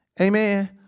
Amen